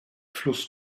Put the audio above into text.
fluss